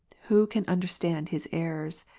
who can understand his errors?